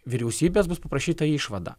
vyriausybės bus paprašyta išvada